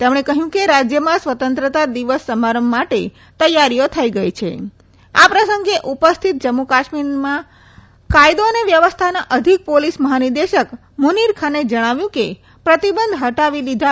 તેમણે કહ્યું કે રાજયમાં સ્વતંત્રતા દિવસ સમારંભ માટે તૈયારી થઇ ગઇ છીં આ પ્રસંગે ઉપસ્થિત જમ્મુ કાશ્મીરના કાયદો અને વ્યવસ્થાના અધિક પોલીસ મહાનિદેશક મુનિર ખાને જણાવ્યું કે પ્રતિબંધ હટાવી લીધા